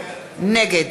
נגד